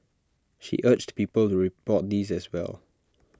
she urged people to report these as well